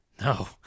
No